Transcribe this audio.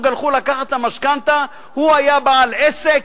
הלכו לקחת את המשכנתה הוא היה בעל עסק,